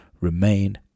remain